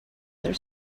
their